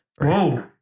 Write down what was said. Whoa